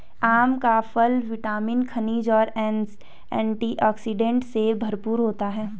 आम का फल विटामिन, खनिज और एंटीऑक्सीडेंट से भरपूर होता है